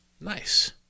Nice